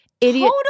idiot